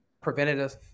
preventative